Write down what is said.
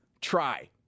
try